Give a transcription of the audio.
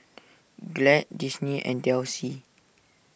Glade Disney and Delsey